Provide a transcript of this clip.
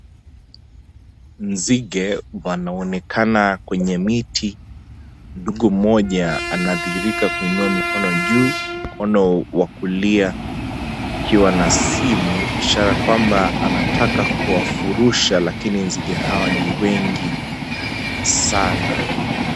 Nzige wanaonekana kwenye miti, ndugu mmoja anadhirika kuinua mikono juu mkono wa kulia ikiwa na simu ishara kwamba anataka kuwafurusha lakini nzige hawa ni wengi sana.